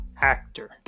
actor